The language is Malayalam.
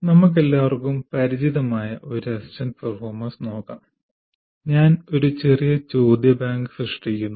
നമുക്കെല്ലാവർക്കും പരിചിതമായ ഒരു അസ്സിസ്റ്റഡ് പെർഫോമൻസ് ഞാൻ ഒരു ചെറിയ ചോദ്യ ബാങ്ക് സൃഷ്ടിക്കുന്നു